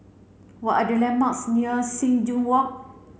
what are the landmarks near Sing Joo Walk